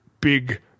big